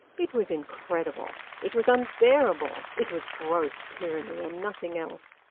it was incredible. it was unbearable. it was gross tyranny, and nothing else.